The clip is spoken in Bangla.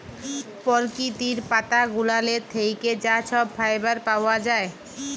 পরকিতির পাতা গুলালের থ্যাইকে যা ছব ফাইবার পাউয়া যায়